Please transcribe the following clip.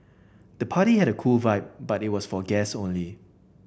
the party had a cool vibe but it was for guests only